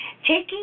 Taking